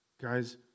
Guys